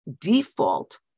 default